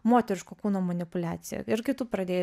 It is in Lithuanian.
moteriško kūno manipuliacija ir kai tu pradėjai